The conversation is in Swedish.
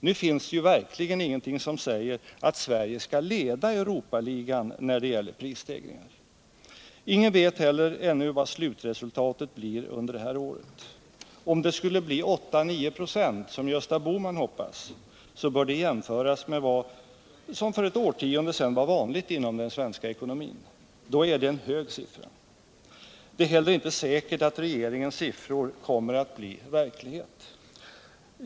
Det finns verkligen ingenting som säger att Sverige skall leda Europaligan när det gäller prisstegringar. Ingen vet heller ännu vad slutresultatet blir under det här året. Om det skulle bli 8-9 26 som Gösta Bohman hoppas, bör det jämföras med vad som för ett årtionde sedan var vanligt inom den svenska ekonomin. Då är det en hög siffra. Det är inte heller säkert att regeringens siffror kommer att bli verklighet.